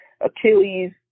Achilles